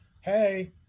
hey